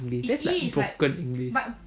that's like broken english